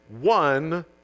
one